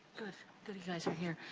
good. good you guys are here.